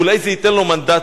אולי זה ייתן לו מנדטים.